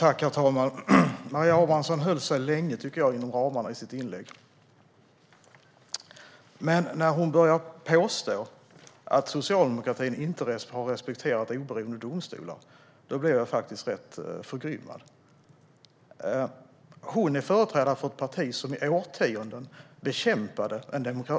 Herr talman! Maria Abrahamsson höll sig länge inom ramarna i sitt inlägg, tycker jag. Men när hon börjar påstå att socialdemokratin inte har respekterat oberoende domstolar blir jag faktiskt rätt förgrymmad. Hon är företrädare för ett parti som i årtionden bekämpade